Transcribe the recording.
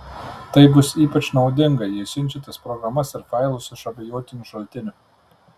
tai bus ypač naudinga jei siunčiatės programas ir failus iš abejotinų šaltinių